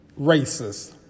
racist